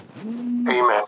Amen